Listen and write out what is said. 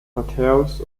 matthäus